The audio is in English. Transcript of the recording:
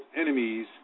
enemies